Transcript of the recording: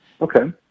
Okay